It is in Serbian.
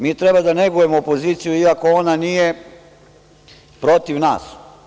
Mi treba da negujemo opoziciju iako ona nije protiv nas.